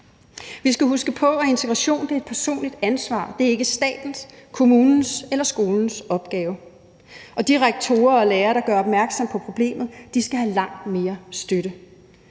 Vi skal huske på, at integration er et personligt ansvar; det er ikke statens, kommunens eller skolens opgave. Og de rektorer og lærere, der gør opmærksom på problemet, skal have langt mere støtte.